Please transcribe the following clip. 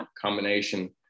combination